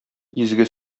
изге